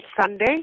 Sunday